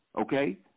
okay